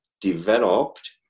developed